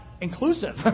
inclusive